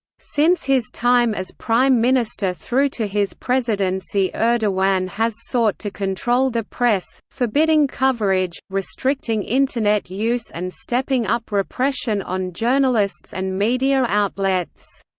since his time as prime minister through to his presidency erdogan has sought to control the press, forbidding coverage, restricting internet use and stepping up repression on journalists and media outlets.